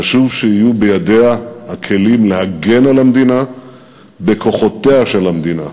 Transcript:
חשוב שיהיו בידיה הכלים להגן על המדינה בכוחותיה של המדינה.